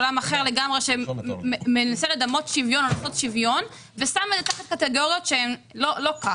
עולם אחר לגמרי שמנסה לדמות שוויון וסתם מנתח קטיגוריות שהן לא כך.